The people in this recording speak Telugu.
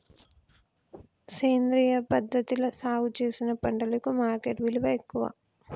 సేంద్రియ పద్ధతిలా సాగు చేసిన పంటలకు మార్కెట్ విలువ ఎక్కువ